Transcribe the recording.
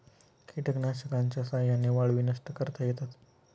कीटकनाशकांच्या साह्याने वाळवी नष्ट करता येतात